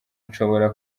nshobora